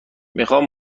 میخوام